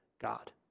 God